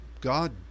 God